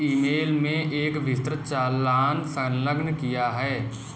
ई mail में एक विस्तृत चालान संलग्न किया है